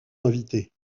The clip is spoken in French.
invités